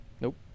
Nope